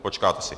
Počkáte si.